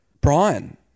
Brian